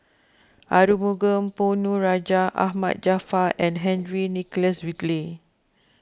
Arumugam Ponnu Rajah Ahmad Jaafar and Henry Nicholas Ridley